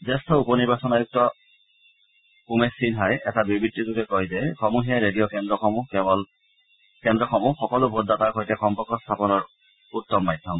জ্যেষ্ঠ উপ নিৰ্বাচন আয়ুক্ত উমেশ সিন্হাই এটা বিবৃতিযোগে কৈছে যে সমূহীয়া ৰেডিঅ' কেন্দ্ৰসমূহ সকলো ভোটদাতাৰ সৈতে সম্পৰ্ক স্থাপনৰ উত্তম মাধ্যম